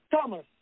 Thomas